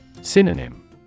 Synonym